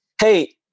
hey